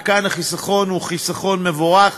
וכאן החיסכון הוא חיסכון מבורך.